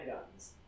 guns